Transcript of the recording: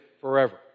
forever